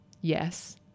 yes